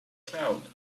cloud